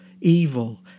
evil